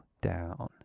down